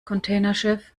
containerschiff